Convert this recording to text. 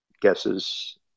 guesses